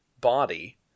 body